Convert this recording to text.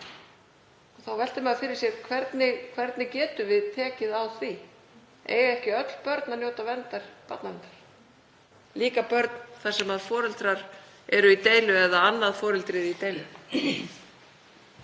Þá veltir maður fyrir sér hvernig við getum tekið á því. Eiga ekki öll börn að njóta verndar barnaverndar, líka börn þar sem foreldrar eru í deilu eða annað foreldrið í deilu?